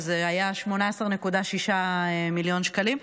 שזה היה 18.6 מיליון שקלים,